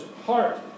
heart